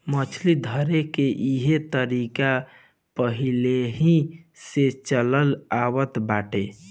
मछली धरेके के इहो तरीका पहिलेही से चलल आवत बाटे